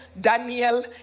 Daniel